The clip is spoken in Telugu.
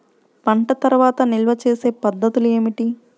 పంట తర్వాత నిల్వ చేసే పద్ధతులు ఏమిటి?